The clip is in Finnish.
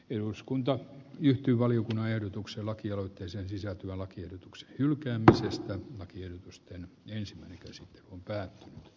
eduskunta yhtyi valiokunnan ehdotuksen lakialoitteeseen sisältyvän lakiehdotuksen hylkeen pesästä kirjoitusten ensimmäinen koko maassa